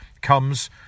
comes